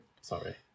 Sorry